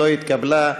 לא התקבלה.